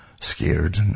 scared